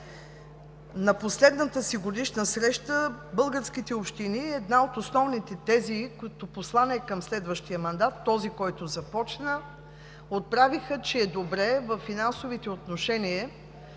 на последната си годишна среща българските общини – една от основните тези, като послание към следващия мандат, този, който започна – отправиха, че е добре, във финансовите отношения,